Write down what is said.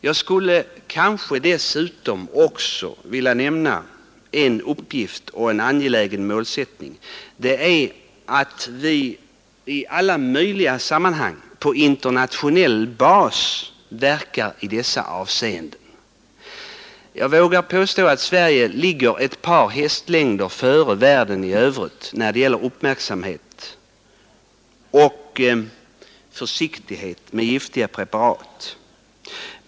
Jag skulle dessutom vilja nämna en angelägen målsättning: att vi i alla möjliga sammanhang verkar på internationell bas i dessa avseenden. Jag vågar påstå att Sverige ligger ett par hästlängder före världen i övrigt när det gäller uppmärksamhet och försiktighet med giftiga preparat.